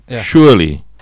Surely